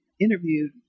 interviewed